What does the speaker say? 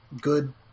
good